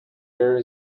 there